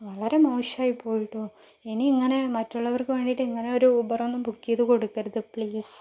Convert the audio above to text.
വളരെ മോശമായി പോയീട്ടോ ഇനി ഇങ്ങനെ മറ്റുള്ളവർക്ക് വേണ്ടിയിട്ട് ഇങ്ങനൊരു ഊബറൊന്നും ബുക്ക് ചെയ്തു കൊടുക്കരുത് പ്ലീസ്